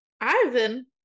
ivan